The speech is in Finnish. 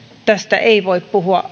tästä ei voi puhua